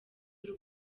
y’u